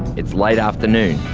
it's late afternoon.